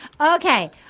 Okay